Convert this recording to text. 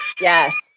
Yes